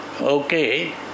Okay